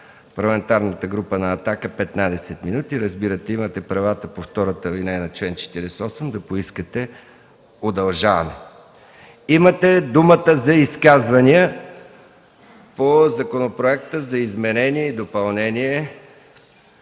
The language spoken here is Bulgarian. Парламентарната група на „Атака” – 15 минути. Разбира се, имате правата по втората алинея на чл. 48, да поискате удължаване. Имате думата за изказвания по Законопроекта за изменение и допълнение